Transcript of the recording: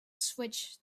switched